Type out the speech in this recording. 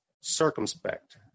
circumspect